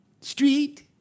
Street